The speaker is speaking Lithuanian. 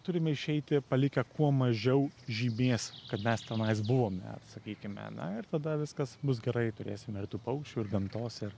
turime išeiti palikę kuo mažiau žymės kad mes tenais buvome sakykime na ir tada viskas bus gerai turėsime ir tų paukščių ir gamtos ir